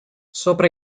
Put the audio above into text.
sopra